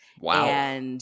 Wow